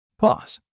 Pause